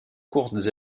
courtes